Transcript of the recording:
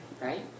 right